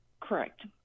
Correct